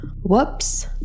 whoops